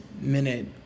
minute